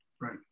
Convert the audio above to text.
right